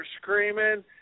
screaming